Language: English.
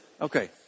okay